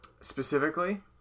specifically